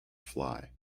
fly